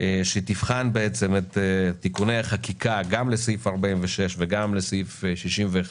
שתבחן את תיקוני החקיקה גם לסעיף 46 וגם לסעיף 61,